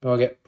Okay